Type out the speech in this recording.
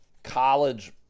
college